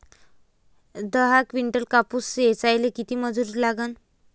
दहा किंटल कापूस ऐचायले किती मजूरी लागन?